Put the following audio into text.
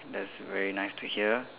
that's very nice to hear